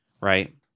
right